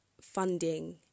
funding